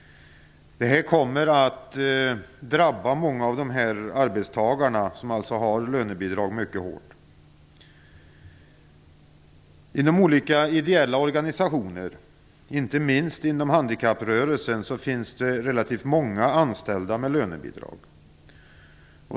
Detta kommer att drabba många av de arbetstagare som har lönebidrag mycket hårt. Inom olika ideella organisationer, inte minst inom handikapprörelsen, finns relativt många anställda med lönebidrag.